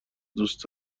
دوست